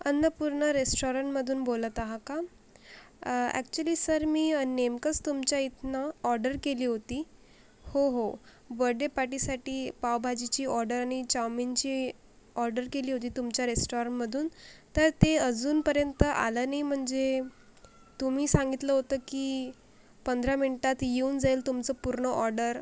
अन्नपूर्णा रेस्टॉरंटमधून बोलत आहा का ॲक्च्युअली सर मी नेमकंच तुमच्या इथनं ऑर्डर केली होती हो हो बड्डे पार्टीसाठी पावभाजीची ऑर्डर आणि चाउमीनची ऑर्डर केली होती तुमच्या रेस्टॉरंटमधून तर ते अजूनपर्यंत आलं नाही म्हणजे तुम्ही सांगितलं होतं की पंधरा मिनटात येऊन जाईल तुमचं पूर्ण ऑर्डर